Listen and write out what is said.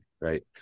right